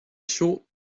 short